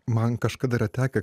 man kažkada yra tekę